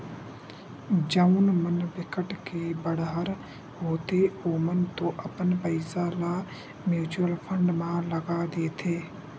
जउन मन बिकट के बड़हर होथे ओमन तो अपन पइसा ल म्युचुअल फंड म लगा देथे